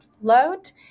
Float